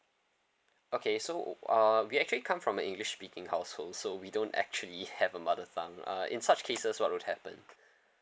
okay so uh we actually come from an english speaking household so we don't actually have a mother tongue uh in such cases what would happen